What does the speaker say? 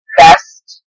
best